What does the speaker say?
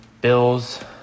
Bills